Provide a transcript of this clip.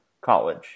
college